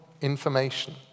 information